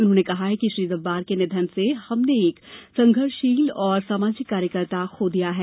उन्होंने कहा है कि श्री जब्बार के निधन से हमने एक संघर्षशील और सामाजिक कार्यकर्ता को खो दिया है